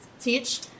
teach